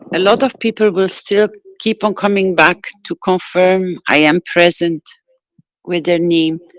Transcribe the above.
a lot of people will still keep on coming back to confirm i am present with their name.